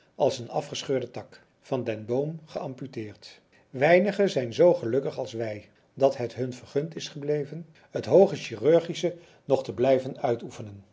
als een afgescheurde tak van den boom geamputeerd weinige zijn zoo gelukkig als wij dat het hun vergund is gebleven het hooger chirurgische nog te blijven uitoefenen